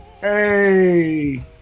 Hey